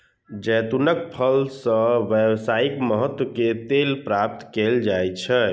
जैतूनक फल सं व्यावसायिक महत्व के तेल प्राप्त कैल जाइ छै